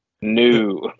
New